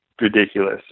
ridiculous